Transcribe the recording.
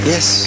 Yes